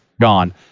gone